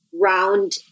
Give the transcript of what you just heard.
round